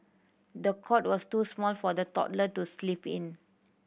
the cot was too small for the toddler to sleep in